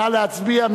נא להצביע.